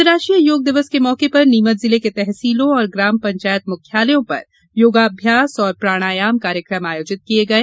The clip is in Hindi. अंतरराष्ट्रीय योग दिवस के मौके पर नीमच जिले के तहसीलों और ग्राम पंचायत मुख्यालयों पर योगाभ्यास और प्राणायाम कार्यक्रम आयोजित किये गये